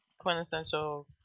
quintessential